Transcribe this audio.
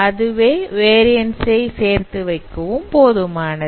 அதுவே வேரியன்ஸ் ஐ சேர்த்து வைக்கவும் போதுமானது